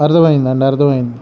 అర్ధమైందాండి అర్థమైంది